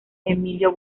emilio